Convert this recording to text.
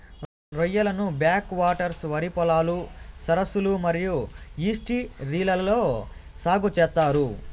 రొయ్యలను back waters, వరి పొలాలు, సరస్సులు మరియు ఈస్ట్యూరీలలో సాగు చేత్తారు